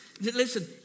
Listen